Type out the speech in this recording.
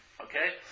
Okay